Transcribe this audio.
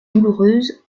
douloureuse